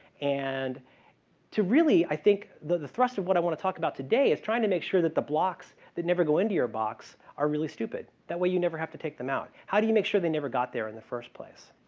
and so really, i think the the thrust of what i want to talk about today is trying to make sure that the blocks that never go into your box are really stupid. that way, you never have to take them out. how do you make sure they never got there in the first place?